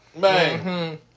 Bang